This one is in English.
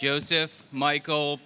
joseph michael